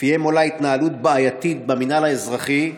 ולפיהם עולה התנהלות בעייתית במינהל האזרחי,